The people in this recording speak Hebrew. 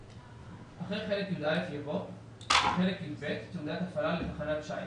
(3ׁ)אחרי חלק י"א יבוא: "חלק י"ב תעודת הפעלה לתחנת שיט